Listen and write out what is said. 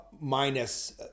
minus